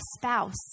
spouse